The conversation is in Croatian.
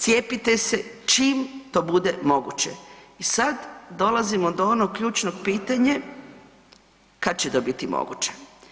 Cijepite se čim to bude moguće i sad dolazimo do onog ključno pitanje, kad će to biti moguće.